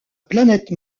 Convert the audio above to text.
planète